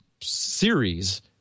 series